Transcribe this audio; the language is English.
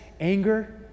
anger